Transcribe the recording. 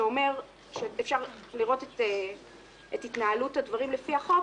שאומר שאפשר לראות את התנהלות הדברים לפי החוק.